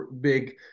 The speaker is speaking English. big